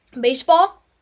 Baseball